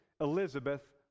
Elizabeth